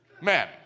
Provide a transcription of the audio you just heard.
Men